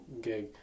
gig